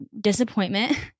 Disappointment